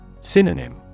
Synonym